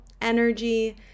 energy